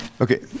Okay